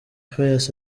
pius